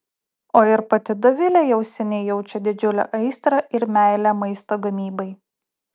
o ir pati dovilė jau seniai jaučia didžiulę aistrą ir meilę maisto gamybai